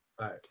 Right